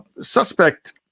suspect